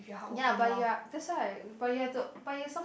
ya but you are that's why but you have to but you have some